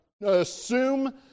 assume